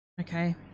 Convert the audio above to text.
okay